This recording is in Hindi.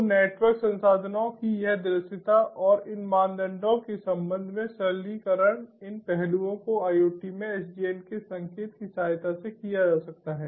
तो नेटवर्क संसाधनों की यह दृश्यता और इन मानदंडों के संबंध में सरलीकरण इन पहलुओं को IoT में SDN के संकेत की सहायता से किया जा सकता है